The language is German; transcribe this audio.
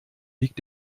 liegt